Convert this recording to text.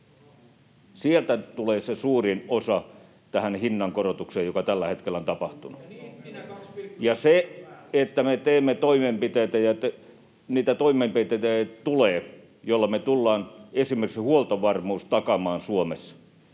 Sieltä tulee se suurin osa tähän hinnankorotukseen, joka tällä hetkellä on tapahtunut. [Mauri Peltokangas: Ja niittinä 2,7 päälle!] Me teemme toimenpiteitä, ja niitä toimenpiteitä tulee, joilla me tullaan esimerkiksi huoltovarmuus takaamaan Suomessa